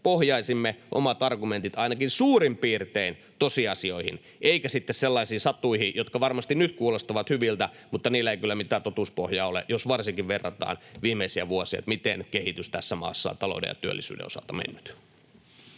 pohjaisimme omat argumentit ainakin suurin piirtein tosiasioihin emmekä sellaisiin satuihin, jotka varmasti nyt kuulostavat hyviltä, mutta niillä ei kyllä mitään totuuspohjaa ole, jos varsinkin verrataan viimeisiin vuosiin sitä, miten kehitys tässä maassa on talouden ja työllisyyden osalta mennyt.